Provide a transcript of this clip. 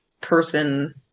person